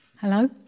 Hello